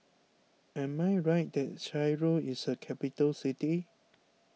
am I right that Cairo is a capital city